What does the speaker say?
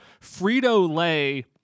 Frito-Lay